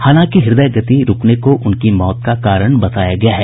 हालांकि हृदय गति रूकने को उनकी मौत का कारण बताया गया है